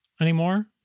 anymore